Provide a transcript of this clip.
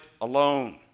alone